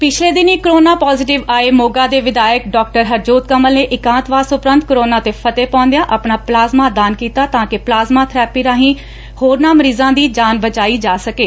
ਪਿਛਲੇ ਦਿਨੀ corona positive ਆਏ ਮੋਗਾ ਦੇ ਵਿਧਾਇਕ ਡਾਕਟਰ ਹਰਜੋਤ ਕਮਲ ਨੇ ਇਕਾਂਤਵਾਸ ਉਪਰੰਤ ਕੋਰੋਨਾ ਤੇ ਫਤਿਹ ਪਾਉਂਦਿਆਂ ਆਪਣਾ ਪਲਾਜ਼ਮਾ ਦਾਨ ਕੀਤਾ ਤਾਂ ਕਿ ਪਲਾਜ਼ਮਾ ਬਰੈਪੀ ਰਾਹੀਂ ਹੋਰਨਾਂ ਮਰੀਜ਼ਾਂ ਦੀ ਜਾਨ ਬਚਾਈ ਜਾ ਸਕੇ